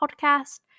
podcast